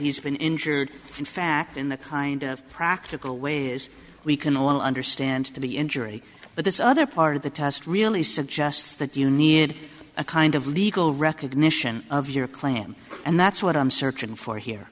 he's been injured in fact in the kind of practical ways we can all understand the injury but this other part of the test really suggests that you need a kind of legal recognition of your claim and that's what i'm searching for here